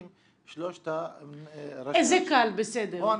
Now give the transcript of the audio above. זה קל, בסדר.